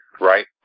right